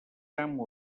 amo